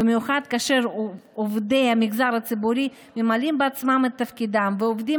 במיוחד כאשר עובדי המגזר הציבורי ממלאים בעצמם את תפקידם ועובדים